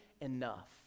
enough